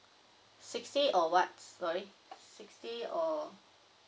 sixty or what sorry sixty or